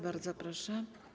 Bardzo proszę.